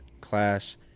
class